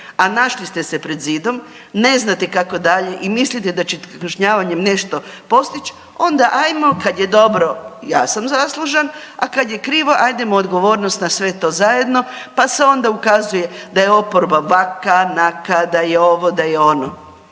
a našli ste se pred zidom, ne znate kako dalje i mislite da ćete kažnjavanjem nešto postići onda ajmo kad je dobro ja sam zaslužan, a kad je krivo ajdemo odgovornost na sve to zajedno. Pa se onda ukazuje da oporba ovaka, naka, da je ovo, da je ono.